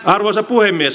arvoisa puhemies